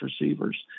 receivers